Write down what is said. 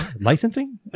Licensing